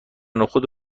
نخود